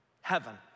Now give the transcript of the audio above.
heaven